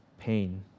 pain